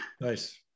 Nice